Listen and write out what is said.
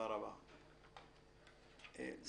זה